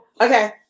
Okay